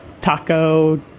taco